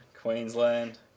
Queensland